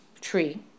tree